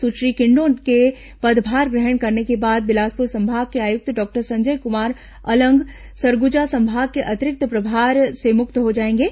सुश्री किन्डो के पदभार ग्रहण करने के बाद बिलासपुर संभाग के आयुक्त डॉक्टर संजय कमार अलंग सरगुजा संभाग के अतिरिक्त प्रभार से मुक्त हो जाएंगे